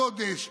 הגודש.